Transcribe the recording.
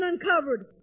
uncovered